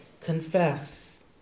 confess